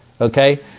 Okay